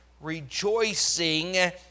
rejoicing